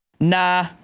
nah